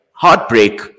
Heartbreak